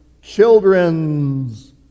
children's